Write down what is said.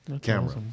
Camera